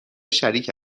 شریک